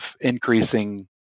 increasing